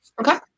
Okay